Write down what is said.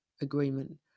agreement